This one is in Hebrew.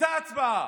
הייתה הצבעה.